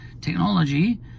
technology